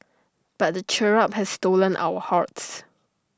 but the cherub has stolen our hearts